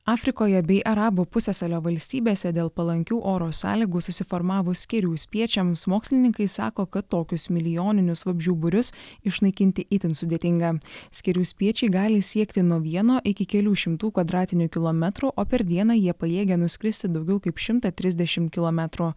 afrikoje bei arabų pusiasalio valstybėse dėl palankių oro sąlygų susiformavus skėrių spiečiams mokslininkai sako kad tokius milijoninius vabzdžių būrius išnaikinti itin sudėtinga skėrių spiečiai gali siekti nuo vieno iki kelių šimtų kvadratinių kilometrų o per dieną jie pajėgia nuskristi daugiau kaip šimtą trisdešimt kilometrų